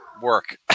work